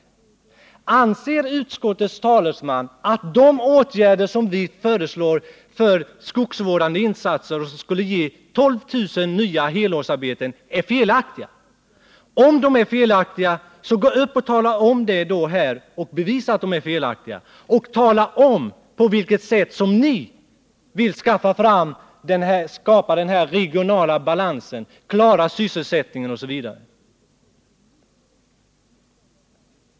Anser utskottets talesman att de åtgärder som vi föreslår på skogsvårdsområdet och som skulle ge 12 000 nya helårsarbeten är felaktiga? Om ni anser det, bevisa då att de är felaktiga och tala om på vilket sätt ni vill skapa den regionala balansen, klara sysselsättningen osv.!